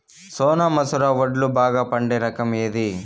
సోనా మసూర వడ్లు బాగా పండే రకం ఏది